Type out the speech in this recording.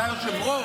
אתה היושב-ראש.